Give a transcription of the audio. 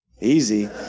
Easy